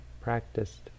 practiced